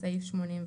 בסעיף 82,